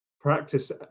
practice